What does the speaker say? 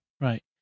right